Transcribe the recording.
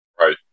Right